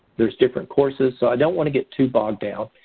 there's different courses. so, i don't want to get too bogged down.